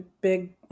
big